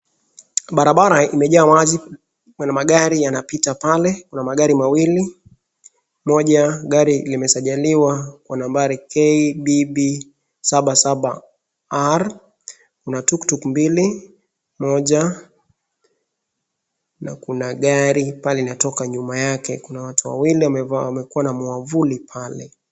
Barabara imejaa maji na magari yanapita pale . Kuna magari mawili, moja gari limesajiriwa kwa nambari KBB 77R,kuna tuktuk mbili na kuna gari moja linatoka nyuma yake. Kuna watu wawili wamekuwa na mwavuli pale.